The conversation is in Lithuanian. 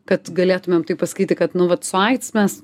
kad galėtumėm taip pasakyti kad nu vat su aids mes